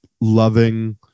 loving